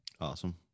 Awesome